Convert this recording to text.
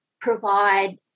provide